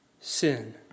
sin